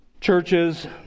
churches